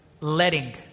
letting